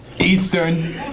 Eastern